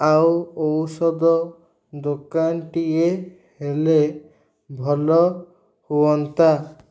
ଆଉ ଔଷଧ ଦୋକାନଟିଏ ହେଲେ ଭଲ ହୁଅନ୍ତା